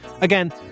Again